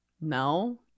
No